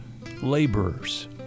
Laborers